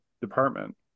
department